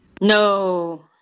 No